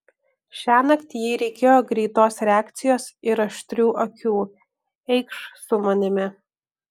šiąnakt jai reikėjo greitos reakcijos ir aštrių akių eikš su manimi